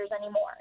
anymore